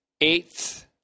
eighth